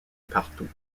partout